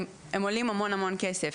הם עולים המון-המון כסף,